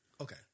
Okay